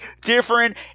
different